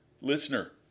Listener